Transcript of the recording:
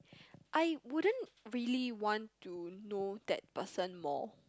I wouldn't really want to know that person more